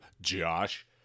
Josh